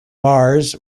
mars